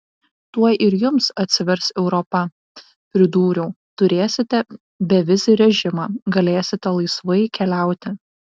tuoj ir jums atsivers europa pridūriau turėsite bevizį režimą galėsite laisvai keliauti